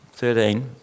13